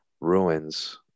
ruins